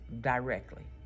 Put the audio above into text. directly